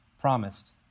promised